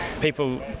people